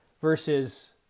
Versus